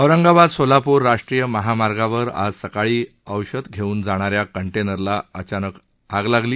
औरंगाबाद सोलापूर राष्ट्रीय महामार्गावर आज सकाळी औषधी घेऊन जाणाऱ्या कंटेनरला अचानक आग लागली